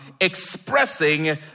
expressing